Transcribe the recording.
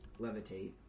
levitate